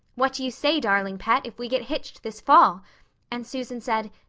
what do you say, darling pet, if we get hitched this fall and susan said,